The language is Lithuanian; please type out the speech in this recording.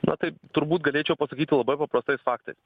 na taip turbūt galėčiau pasakyti labai paprastai faktais